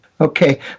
Okay